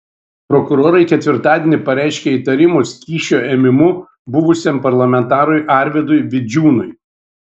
prokurorai ketvirtadienį pareiškė įtarimus kyšio ėmimu buvusiam parlamentarui arvydui vidžiūnui